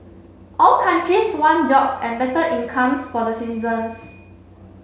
all countries want jobs and better incomes for the citizens